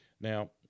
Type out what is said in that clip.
Now